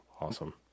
Awesome